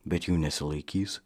bet jų nesilaikys